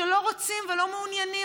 שלא רוצים ולא מעוניינים.